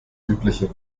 übliche